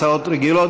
הצעות רגילות,